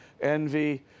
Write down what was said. envy